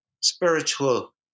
spiritual